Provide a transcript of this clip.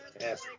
Yes